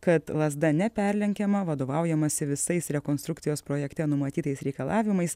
kad lazda neperlenkiama vadovaujamasi visais rekonstrukcijos projekte numatytais reikalavimais